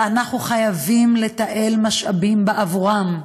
ואנחנו חייבים לתעל משאבים בעבורם,